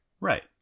Right